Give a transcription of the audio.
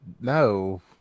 No